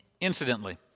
Incidentally